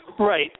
Right